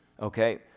Okay